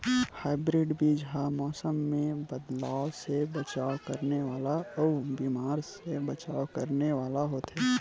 hybrid बीज हा मौसम मे बदलाव से बचाव करने वाला अउ बीमारी से बचाव करने वाला होथे